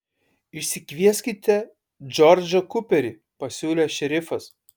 išsikvieskite džordžą kuperį pasiūlė šerifas